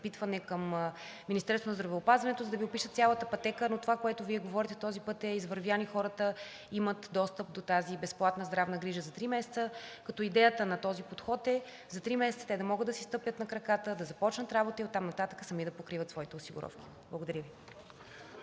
към Министерството на здравеопазването, за да Ви опишат цялата пътека. Но това, което Вие говорите, този път е извървян и хората имат достъп до тази безплатна здравна грижа за три месеца, като идеята на този подход е за три месеца те да могат да си стъпят на краката, да започнат работа и оттам нататък сами да покриват своите осигуровки. Благодаря Ви.